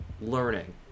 learning